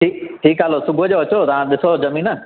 ठीकु आहे ठीकु आहे सुबुह जो अचो तव्हां ॾिसो ज़मीन